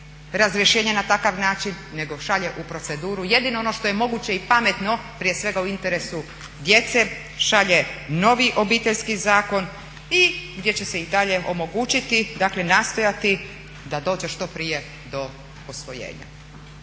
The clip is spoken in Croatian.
razrješenje na takav način nego šalje u proceduru jedino ono što je moguće i pametno prije svega u interesu djece, šalje novi Obiteljski zakon gdje će se i dalje omogućiti nastojati da dođe što prije do posvojenja.